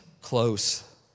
close